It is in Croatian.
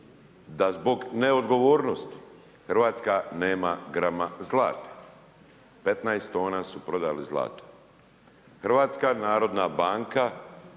da zbog neodgovornosti Hrvatska nema grama zlata, 15 tona su prodali zlato. Hrvatska narodna banka,